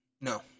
No